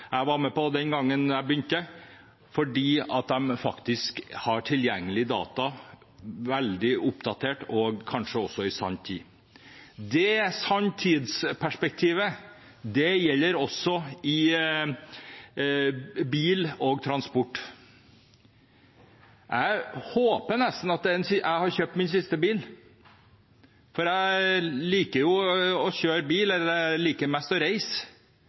jeg var med på den gangen jeg begynte, for man har tilgang på veldig oppdatert data, kanskje også i sanntid. Sanntidsperspektivet gjelder også for bil og transport. Jeg håper nesten at jeg har kjøpt min siste bil. Jeg liker å kjøre bil, men jeg liker best å reise.